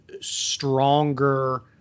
stronger